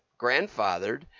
grandfathered